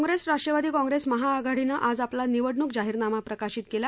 Congress Rashtrawadi Congress महाआघाडीनं आज आपला निवडणुक जाहीरनामा प्रकाशित केला